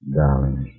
darling